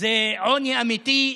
זה עוני אמיתי,